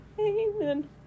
amen